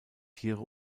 tiere